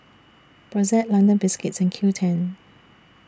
Brotzeit London Biscuits and Qoo ten